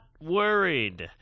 worried